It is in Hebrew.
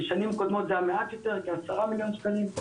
בשנים קודמות זה היה מעט יותר כעשרה מיליון שקלים,